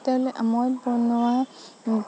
মই বনোৱা